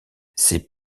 ces